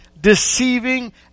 deceiving